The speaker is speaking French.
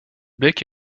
bec